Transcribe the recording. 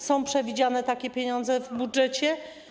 Są przewidziane takie pieniądze w budżecie?